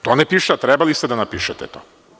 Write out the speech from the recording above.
To ne piše, a trebali ste da napišete to.